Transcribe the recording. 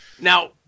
now